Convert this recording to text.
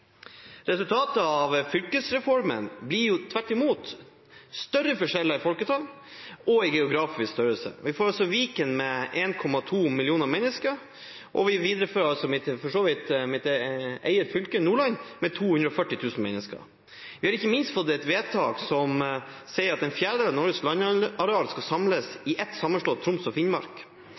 Resultatet av fylkesreformen blir jo tvert imot større forskjeller i folketall og i geografisk størrelse. Vi får Viken med 1,2 millioner mennesker, og vi viderefører mitt eget fylke, Nordland, med 240 000 mennesker. Vi har ikke minst fått et vedtak som sier at en fjerdedel av Norges landareal skal samles i et sammenslått Troms og Finnmark.